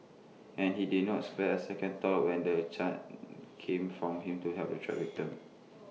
and he did not spare A second thought when the chance came from him to help the trapped victims